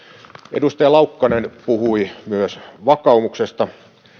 edustaja laukkanen puhui myös vakaumuksesta